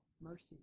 mercy